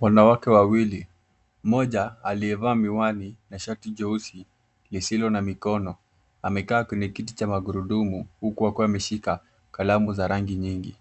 Wanawake wawili, mmoja aliyevaa miwani na shati jeusi lisilo na mikono. Amekaa kwenye kiti cha magurudumu huku akiwa ameshika kalamu za rangi nyingi.